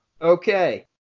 Okay